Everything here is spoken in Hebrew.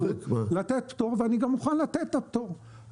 לתת פטור ואני גם מוכן לתת את הפטור.